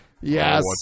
Yes